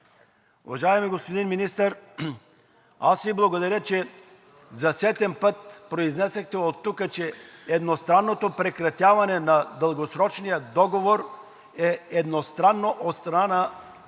Уважаеми господин Министър, благодаря Ви, че за сетен път произнесохте оттук, че едностранното прекратяване на дългосрочния договор е едностранно от страна